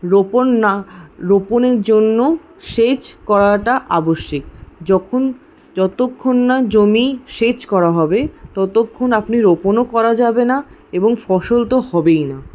রোপন না রোপনের জন্য সেচ করাটা আবশ্যিক যখন যতক্ষণ না জমি সেচ করা হবে ততক্ষণ আপনি রোপনও করা যাবে না এবং ফসল তো হবেই না